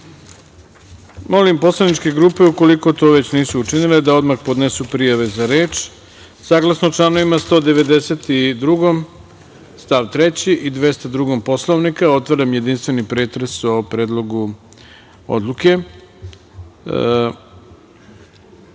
poslaničke grupe ukoliko to već nisu učinile da odmah podnesu prijave za reč. Saglasno članovima 192. stav 3. i 202. Poslovnika, otvaram jedinstveni pretres o Predlogu odluke. Pošto